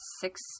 six